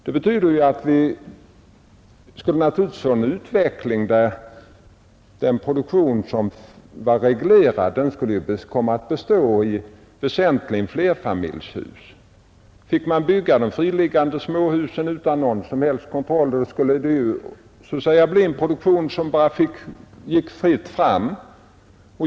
Det betyder naturligtvis att vi skulle få en utveckling, där den reglerade produktionen väsentligen skulle komma att bestå av flerfamiljshus. Om man finge bygga de friliggande småhusen utan någon som helst kontroll, skulle vi få en småhusproduktion, för vilken det bleve ett ”fritt fram”.